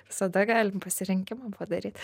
visada galim pasirinkimų padaryt